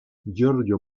giorgio